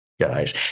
guys